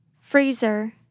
Freezer